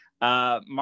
Mark